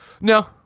No